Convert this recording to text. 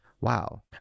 wow